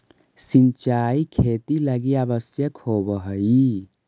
सिंचाई खेती लगी आवश्यक होवऽ हइ